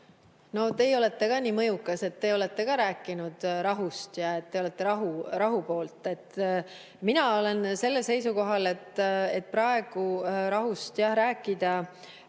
No teie olete ka nii mõjukas, et te olete ka rääkinud rahust ja et te olete rahu poolt. Mina olen sellel seisukohal, et praegu rahust rääkida